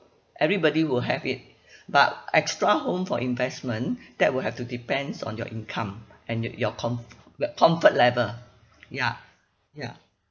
everybody will have it but extra home for investment that will have to depends on your income and your your comfort comfort level ya ya